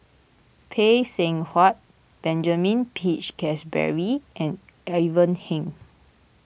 Phay Seng Whatt Benjamin Peach Keasberry and Ivan Heng